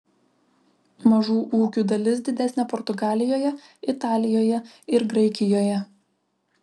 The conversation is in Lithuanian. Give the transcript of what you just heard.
mažų ūkių dalis didesnė portugalijoje italijoje ir graikijoje